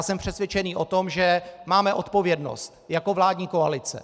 Jsem přesvědčený o tom, že máme odpovědnost jako vládní koalice.